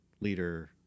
leader